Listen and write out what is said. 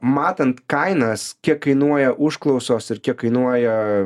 matant kainas kiek kainuoja užklausos ir kiek kainuoja